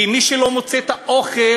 כי מי שלא מוצא את האוכל,